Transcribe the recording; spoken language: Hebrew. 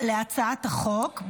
להצעת החוק,